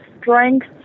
strength